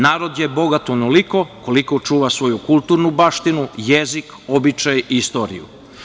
Narod je bogat onoliko koliko čuva svoju kulturnu baštinu, jezik, običaj i istoriju.